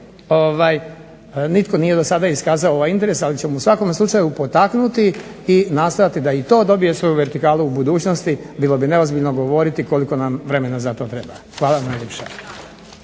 nitko do sada nije iskazao interes ali ćemo u svakom slučaju potaknuti i nastojati da to dobije svoju vertikalu u budućnosti, bilo bi neozbiljno govoriti koliko nam vremena za to treba. Hvala vam